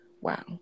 Wow